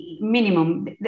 minimum